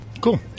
Cool